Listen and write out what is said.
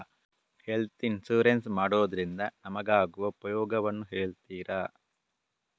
Health insurance ಮಾಡೋದ್ರಿಂದ ನಮಗಾಗುವ ಉಪಯೋಗವನ್ನು ಹೇಳ್ತೀರಾ?